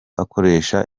akoresha